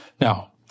Now